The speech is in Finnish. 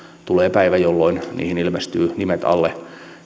tulee päivä jolloin niihin ilmestyy nimet alle